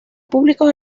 públicos